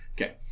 Okay